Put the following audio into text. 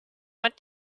what